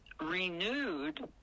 renewed